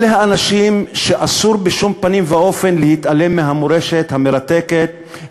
אלה האנשים שאסור בשום פנים ואופן להתעלם מהמורשת המרתקת,